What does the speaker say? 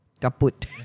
kaput